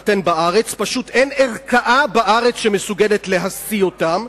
בארץ פשוט כי אין בארץ ערכאה שמסוגלת להשיא אותם,